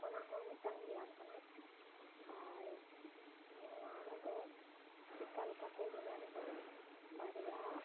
ᱚᱱᱟ ᱦᱚᱸ ᱢᱤᱫᱴᱟᱝ ᱵᱮᱭᱟᱢ ᱠᱟᱱᱟ ᱟᱨ ᱱᱚᱣᱟ ᱫᱚ ᱪᱮᱠᱟ ᱞᱮᱠᱟᱛᱮ ᱵᱷᱮᱜᱟᱨ ᱜᱮᱭᱟ ᱵᱟᱨᱭᱟ